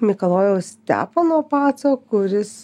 mikalojaus stepono paco kuris